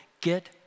get